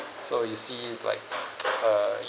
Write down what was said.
so you see like uh